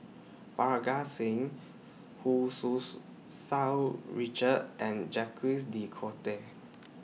Parga Singh Hu Tsu's Sau Richard and Jacques De Coutre